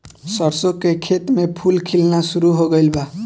सरसों के खेत में फूल खिलना शुरू हो गइल बा